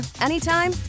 anytime